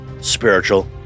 spiritual